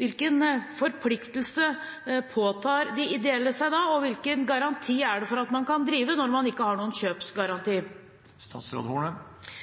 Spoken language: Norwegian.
Hvilken forpliktelse påtar de ideelle seg da? Og hvilken garanti er det for at man kan drive når man ikke har noen kjøpsgaranti?